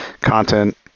content